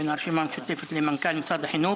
בין הרשימה המשותפת למנכ"ל משרד החינוך,